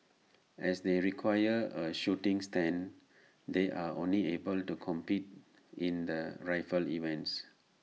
as they require A shooting stand they are only able compete in the rifle events